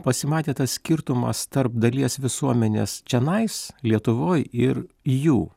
pasimatė tas skirtumas tarp dalies visuomenės čianais lietuvoj ir jų